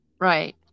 Right